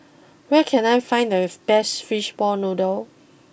where can I find the best Fishball Noodle